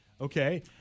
Okay